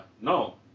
No